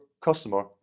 customer